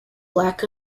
black